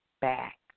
back